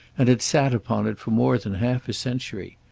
and had sat upon it for more than half a century.